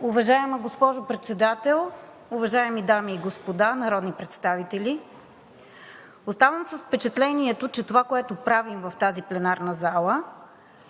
Уважаема госпожо Председател, уважаеми дами и господа народни представители! Оставам с впечатлението, че това, което правим в тази пленарна зала,